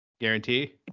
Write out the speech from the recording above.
Guarantee